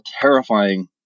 terrifying